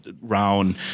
round